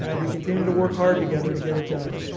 and we continue to work hard together to get it done.